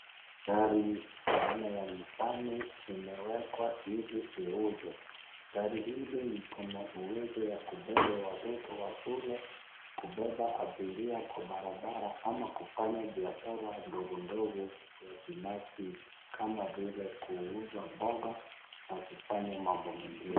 Gari aina ya Nissan imewekwa ili iuzwe. Gari hili liko na uwezo ya kubeba watoto wa shule, kubeba abiria kwa barabara ama kufanya biashara ndogo ndogo vya binafsi kama vile kuuza mboga na kufanya mambo mengine.